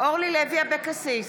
אורלי לוי אבקסיס,